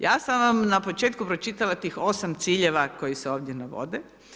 Ja sam vam na početku pročitala tih 8 ciljeva koji se ovdje navode.